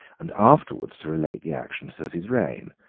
and afterwards to relate the actions of his reign,